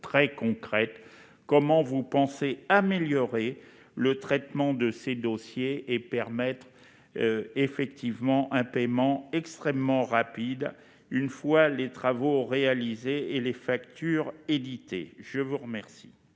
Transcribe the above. très concrète, comment vous comptez améliorer le traitement de ces dossiers et permettre un paiement extrêmement rapide une fois les travaux réalisés et les factures éditées. La parole